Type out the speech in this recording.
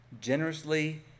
generously